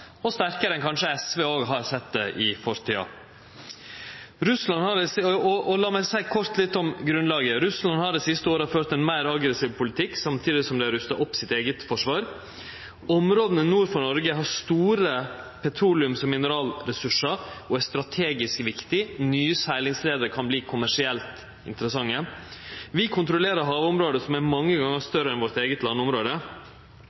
– sterkare enn vi har hatt, og sterkare enn SV kanskje har sett det i fortida. Lat meg kort seie litt om grunnlaget. Russland har dei siste åra ført ein meir aggressiv politikk samtidig som dei har rusta opp sitt eige forsvar. Områda nord for Noreg har store petroleums- og mineralressursar og er strategisk viktige. Nye seglingsleier kan verte kommersielt interessante. Vi kontrollerer havområde som er mange